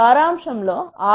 సారాంశం లో R